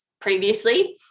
previously